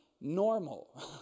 normal